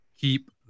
keep